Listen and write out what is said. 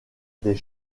des